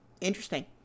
Interesting